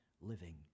living